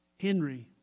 Henry